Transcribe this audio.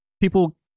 People